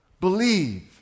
believe